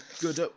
good